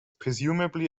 presumably